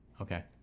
Okay